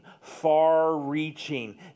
far-reaching